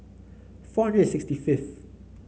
four hundred and sixty fifth